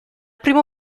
primo